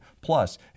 Plus